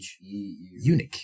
Eunuch